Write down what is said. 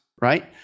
right